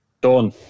done